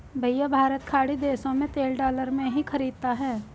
भैया भारत खाड़ी देशों से तेल डॉलर में ही खरीदता है